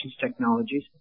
technologies